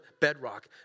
bedrock